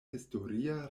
historia